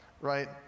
right